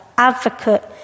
advocate